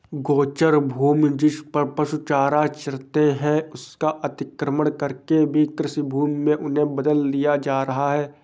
गोचर भूमि, जिसपर पशु चारा चरते हैं, उसका अतिक्रमण करके भी कृषिभूमि में उन्हें बदल दिया जा रहा है